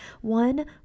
one